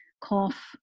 cough